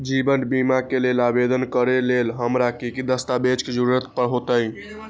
जीवन बीमा के लेल आवेदन करे लेल हमरा की की दस्तावेज के जरूरत होतई?